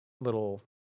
little